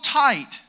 tight